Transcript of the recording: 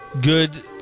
Good